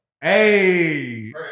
Hey